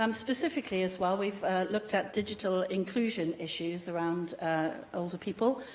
um specifically, as well, we've looked at digital inclusion issues around older people,